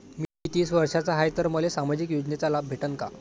मी तीस वर्षाचा हाय तर मले सामाजिक योजनेचा लाभ भेटन का?